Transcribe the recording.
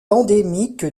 endémique